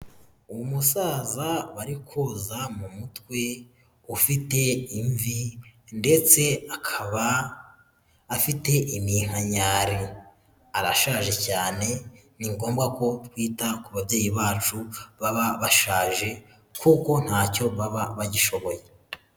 Umusaza bari koza mu mutwe ufite invi ndetse akaba afite iminkanyari, arashaje cyane ni ngombwa ko twita ku babyeyi bacu baba bashaje kuko ntacyo baba bagishoboye.